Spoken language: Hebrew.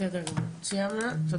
בסדר גמור, תודה.